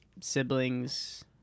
siblings